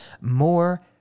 more